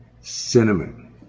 cinnamon